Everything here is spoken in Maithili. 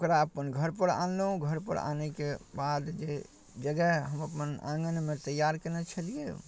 ओकरा अपन घरपर आनलहुँ घरपर आनैके बाद जे जगह हम अपन आँगनमे तैआर कएने छलिए